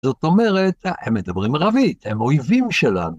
‫זאת אומרת, הם מדברים ערבית, ‫הם אויבים שלנו.